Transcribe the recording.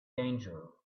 danger